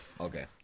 Okay